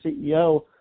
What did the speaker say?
CEO